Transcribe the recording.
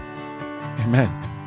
amen